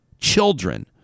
children